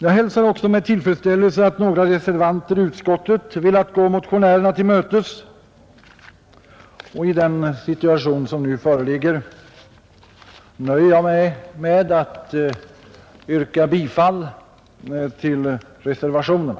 Jag hälsar också med tillfredsställelse att några reservanter i utskottet velat gå motionärerna till mötes, och i den situation som nu föreligger nöjer jag mig med att yrka bifall till reservationerna.